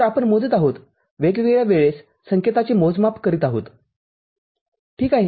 तरआपण मोजत आहोत वेगवेगळ्या वेळेस संकेताचे मोजमाप करत आहोत ठीक आहे